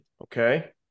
Okay